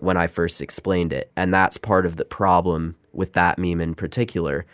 when i first explained it, and that's part of the problem with that meme in particular.